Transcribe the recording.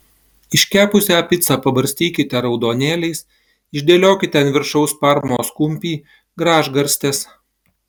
iškepusią picą pabarstykite raudonėliais išdėliokite ant viršaus parmos kumpį gražgarstes